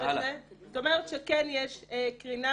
זאת אומרת שכן יש קרינה.